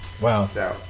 Wow